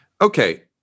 Okay